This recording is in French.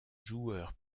joueur